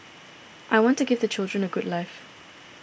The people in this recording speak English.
I want to give the children a good life